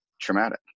traumatic